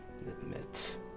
admit